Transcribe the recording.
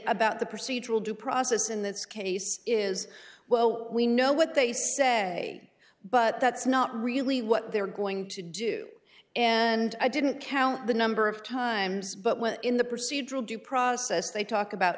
about the procedural due process in this case is well we know what they say but that's not really what they're going to do and i didn't count the number of times but what in the procedural due process they talk about